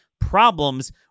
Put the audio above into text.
problems